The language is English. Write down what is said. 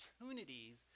opportunities